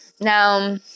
Now